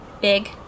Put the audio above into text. big